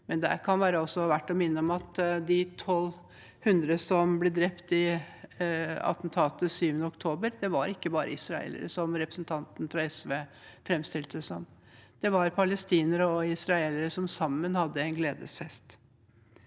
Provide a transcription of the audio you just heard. Det kan også være verdt å minne om at de 1 200 som ble drept i attentatet 7. oktober, ikke var bare israelere, som representanten fra SV framstilte det som. Det var palestinere og israelere som sammen hadde en gledesfest.